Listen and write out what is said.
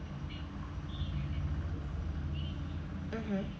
mmhmm